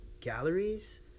galleries